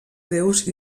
déus